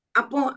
apo